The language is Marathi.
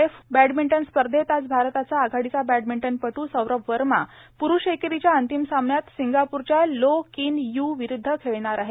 एफ बॅडमिंटन स्पर्धेत आज भारताचा आघाडीचा बॅडमिंटन पटू सौरअ वर्मा पुरूष एकेरीच्या अंतिम सामन्या सिंगापूरच्या लो किन यू विरूध्द खेळणार आहे